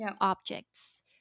objects